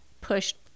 pushed